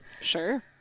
Sure